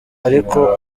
ariko